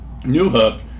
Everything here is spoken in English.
Newhook